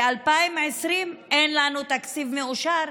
ב-2020 אין לנו תקציב מאושר,